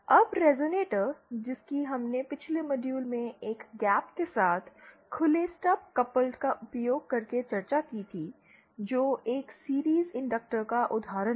अब रेज़ोनेटर जिसकी हमने पिछले मॉड्यूल में एक गैप के साथ खुले स्टब कपल्ड का उपयोग करके चर्चा की थी जो एक सीरिज़ इंडक्टर का एक उदाहरण है